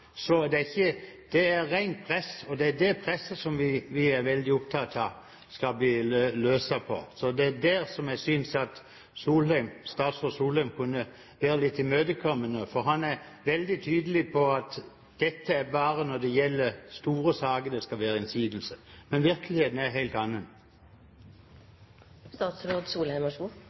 er det rent press, og det er det presset som vi er veldig opptatt av å løse opp i. Det er der jeg synes statsråd Solheim kunne være litt imøtekommende, for han er veldig tydelig på at det er bare i store saker det skal være innsigelser. Men virkeligheten er en helt annen.